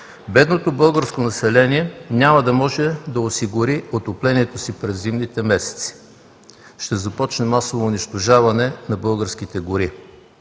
Бедното българско население няма да може да осигури отоплението си през зимните месеци. Ще започне масово унищожаване на българските гори.